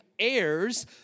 heirs